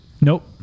Nope